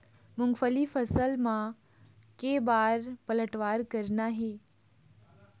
मूंगफली फसल म के बार पलटवार करना हे?